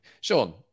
Sean